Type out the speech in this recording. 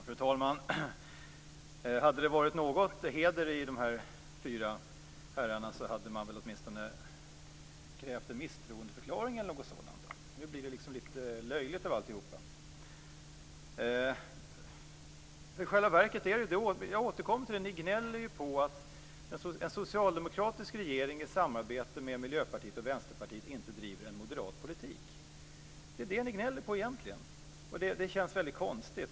Fru talman! Hade det funnits någon heder i dessa fyra herrar, hade de åtminstone krävt en misstroendeförklaring. Nu blir allt lite löjligt. Ni gnäller på att en socialdemokratisk regering i samarbete med Miljöpartiet och Vänsterpartiet inte driver en moderat politik. Detta är vad ni egentligen gnäller på. Det känns konstigt.